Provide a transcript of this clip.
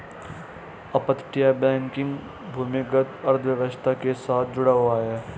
अपतटीय बैंकिंग भूमिगत अर्थव्यवस्था के साथ जुड़ा हुआ है